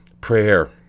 prayer